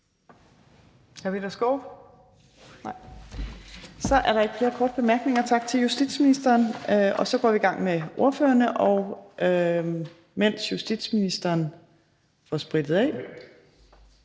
Peter Skaarup? Nej. Så er der ikke flere korte bemærkninger. Tak til justitsministeren. Så går vi i gang med ordførerne, og mens justitsministeren får sprittet af